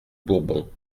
bourbon